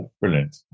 Brilliant